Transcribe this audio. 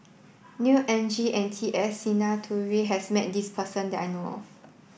Neo Anngee and T S Sinnathuray has met this person that I know of